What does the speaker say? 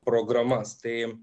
programas tai